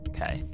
Okay